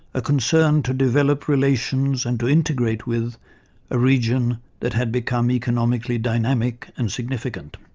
a concern to develop relations, and to integrate with a region that had become economically dynamic and significant.